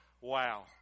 Wow